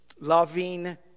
loving